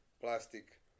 plastic